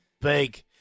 big